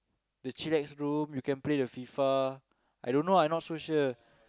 the chillax room you can play the F_I_F_A I don't know I not so sure